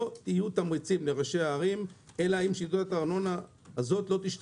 לא יהיו תמריצים לראשי הערים אלא אם שיטת הארנונה תשתנה.